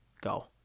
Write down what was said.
go